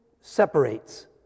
separates